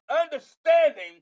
understanding